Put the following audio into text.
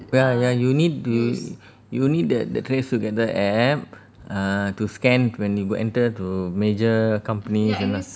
ya ya you need to you need the the trace together app err to scan when you go enter to major companies you know